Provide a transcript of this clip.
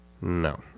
No